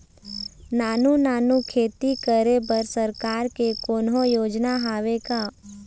नानू नानू खेती करे बर सरकार के कोन्हो योजना हावे का?